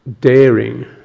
daring